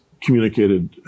communicated